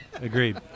Agreed